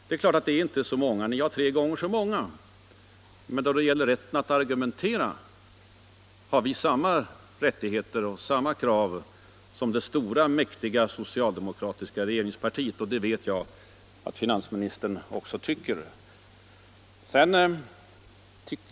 Det är klart att det inte är särskilt många — ni är ett par gånger så många — men då det gäller rätten att argumentera har vi samma rättigheter och samma krav som det stora och mäktiga socialdemokratiska regeringspartiet, och det vet jag att också finansministern tycker.